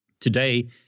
Today